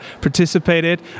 participated